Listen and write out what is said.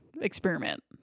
experiment